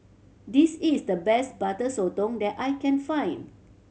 this is the best Butter Sotong that I can find